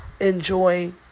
enjoy